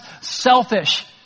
selfish